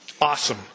Awesome